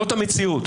זאת המציאות.